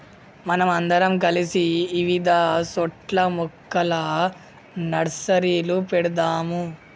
మనం అందరం కలిసి ఇవిధ సోట్ల మొక్కల నర్సరీలు పెడదాము